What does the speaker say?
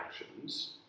actions